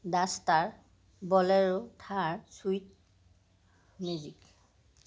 duster Bolero Thar Swift magic